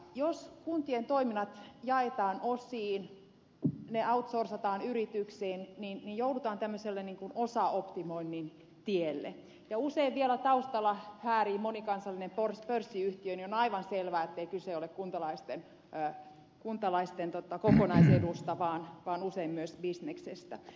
jos kuntien toiminnat jaetaan osiin ne outsourcataan yrityksiin niin joudutaan tämmöiselle osaoptimoinnin tielle ja usein vielä taustalla häärii monikansallinen pörssiyhtiö jolloin on aivan selvää ettei kyse ole kuntalaisten kokonaisedusta vaan usein myös bisneksestä